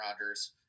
Rodgers